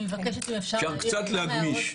אפשר קצת להגמיש.